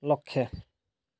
ଲକ୍ଷ